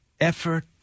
effort